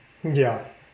ya